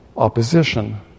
opposition